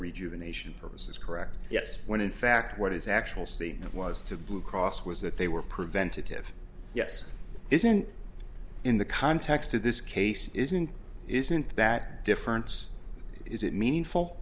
a nation purposes correct yes when in fact what his actual statement was to blue cross was that they were preventative yes isn't in the context of this case isn't isn't that difference is it meaningful